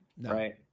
Right